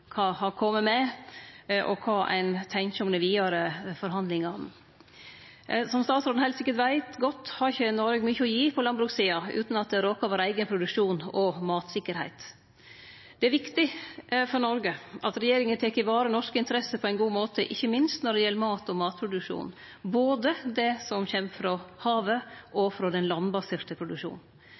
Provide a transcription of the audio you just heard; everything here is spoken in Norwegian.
kva for motkrav Noreg har kome med, og kva ein tenkjer om dei vidare forhandlingane. Som statsråden heilt sikkert veit godt, har ikkje Noreg mykje å gi på landbrukssida utan at det råkar vår eigen produksjon og mattryggleik. Det er viktig for Noreg at regjeringa tek vare på norske interesser på ein god måte, ikkje minst når det gjeld mat og matproduksjon, både det som kjem frå havet, og det som kjem frå den landbaserte